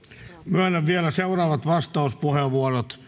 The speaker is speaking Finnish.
myönnän vielä seuraavat vastauspuheenvuorot